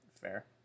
fair